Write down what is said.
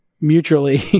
mutually